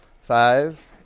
Five